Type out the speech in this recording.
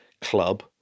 club